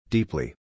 Deeply